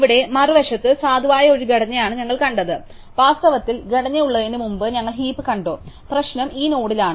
ഇവിടെ മറുവശത്ത് സാധുവായ ഒരു ഘടനയാണ് ഞങ്ങൾ കണ്ടത് വാസ്തവത്തിൽ ഘടനയുള്ളതിന് മുമ്പ് ഞങ്ങൾ ഹീപ് കണ്ടു പ്രശ്നം ഈ നോഡിലാണ്